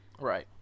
Right